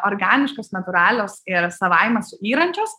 organiškos natūralios ir savaime suyrančios